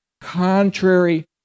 contrary